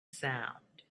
sound